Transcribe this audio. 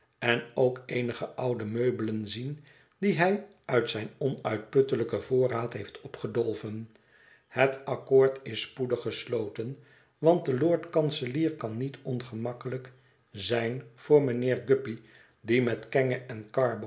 en ook eenige oude meubelen zien die hij uit zijn onuitputteiijken voorraad heeft opgedolven het accoord is spoedig gesloten want de lord kanselier kan niet ongemakkelijk zijn voor mijnheer guppy die met kenge en carboy